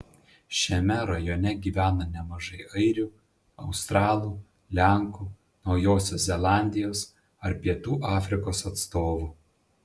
šiame rajone gyvena nemažai airių australų lenkų naujosios zelandijos ar pietų afrikos atstovų